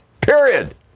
period